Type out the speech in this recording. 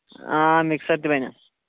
آ مِکسر تہِ بَنن